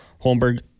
Holmberg